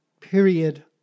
period